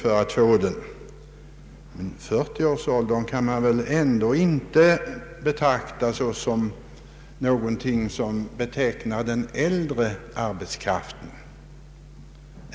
De som uppnått 40 års ålder kan väl ändå inte alla anses representera den äldre arbetskraften.